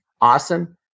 awesome